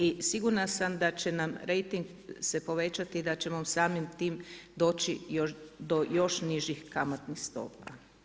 I sigurna sam da će nam rejting se povećati i da ćemo samim time doći do još nižih kamatnih stopa.